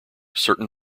certain